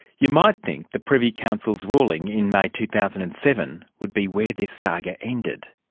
you might think the privy council's ruling in may two thousand and seven would be where this saga ended.